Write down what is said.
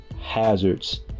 hazards